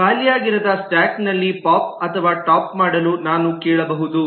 ಖಾಲಿಯಾಗಿರದ stock ನಲ್ಲಿ pop ಅಥವಾ top ಮಾಡಲು ನಾನು ಕೇಳಬಹುದು